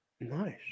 Nice